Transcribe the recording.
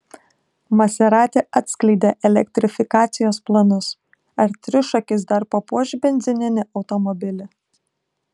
maserati atskleidė elektrifikacijos planus ar trišakis dar papuoš benzininį automobilį